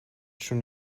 schon